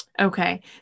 Okay